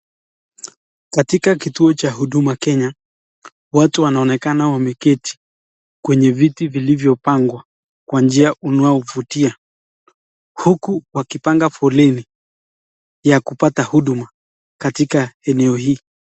Katika kituo cha huduma Kenya watu wanaonekana wameketi kwenye viti vilivyopangwa kwa njia inayovutia. Huku wakipanga foleni ya kupata huduma katika eneo hii.